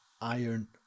Iron